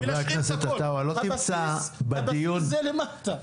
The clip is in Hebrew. הבסיס הוא למטה.